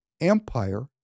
empire